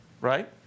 right